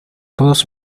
todos